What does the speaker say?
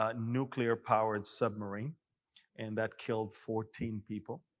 ah nuclear-powered submarine and that killed fourteen people.